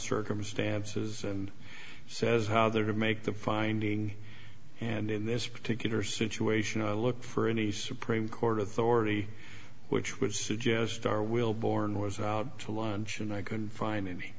circumstances and says how they're to make the finding and in this particular situation i look for in a supreme court authority which would suggest our will born was out to lunch and i couldn't find any